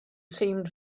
seemed